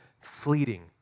fleeting